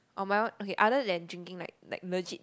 on my own okay other than drinking like like legit